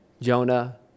Jonah